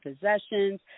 possessions